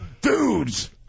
Dudes